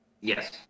Yes